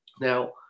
Now